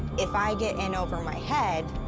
if i get in over my head,